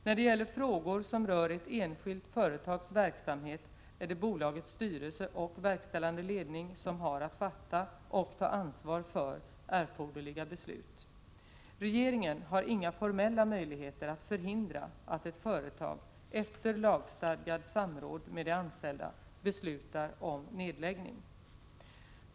När det gäller frågor som rör ett enskilt företags verksamhet är det bolagets styrelse och verkställande ledning som har att fatta och ta ansvar för erforderliga beslut. Regeringen har inga formella möjligheter att förhindra att ett företag, efter lagstadgat samråd med de anställda, beslutar om nedläggning.